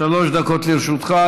שלוש דקות לרשותך.